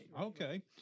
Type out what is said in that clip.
Okay